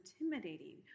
intimidating